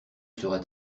sera